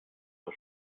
vor